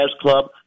club